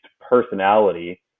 personality